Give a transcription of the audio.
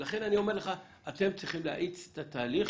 לכן אני אומר לך, אתם צריכים להאיץ את התהליך.